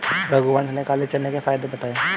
रघुवंश ने काले चने के फ़ायदे बताएँ